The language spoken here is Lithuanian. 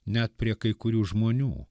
net prie kai kurių žmonių